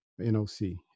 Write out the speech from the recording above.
NOC